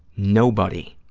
nobody,